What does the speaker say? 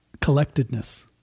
collectedness